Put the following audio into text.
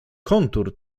kontur